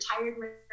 retired